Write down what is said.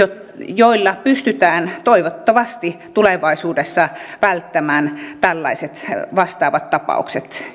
joilla pystytään toivottavasti tulevaisuudessa välttämään tällaiset vastaavat tapaukset